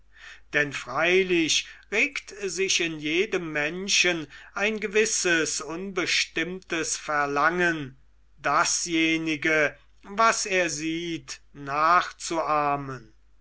denn freilich regt sich in jedem menschen ein gewisses unbestimmtes verlangen dasjenige was er sieht nachzuahmen